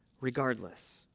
regardless